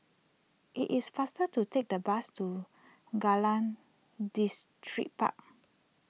it is faster to take the bus to Kallang Distripark